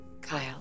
Kyle